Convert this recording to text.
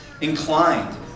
inclined